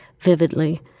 vividly